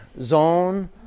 zone